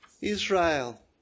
Israel